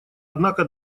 однако